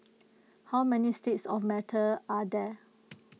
how many states of matter are there